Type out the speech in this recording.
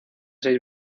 seis